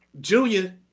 Junior